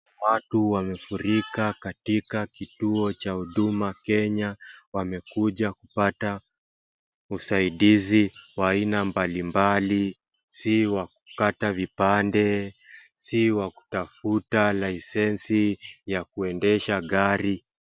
Watu wamefurika katika kituo cha Huduma Kenya. Wamekuja kupata usaidizi wa aina mbalimbali. Si wa kukata vipande, si wa kutafuta laisensi ya kuendesha gari.